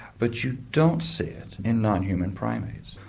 but you don't see it in non-human primates.